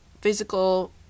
physical